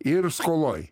ir skoloj